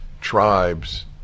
tribes